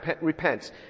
repents